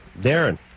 Darren